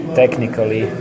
technically